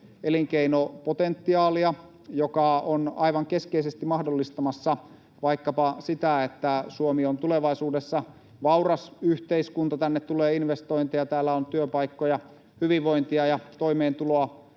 elinkeinopotentiaalia, joka on aivan keskeisesti mahdollistamassa vaikkapa sitä, että Suomi on tulevaisuudessa vauras yhteiskunta — tänne tulee investointeja, täällä on työpaikkoja, hyvinvointia ja toimeentuloa